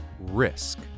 risk